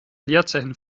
leerzeichen